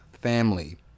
family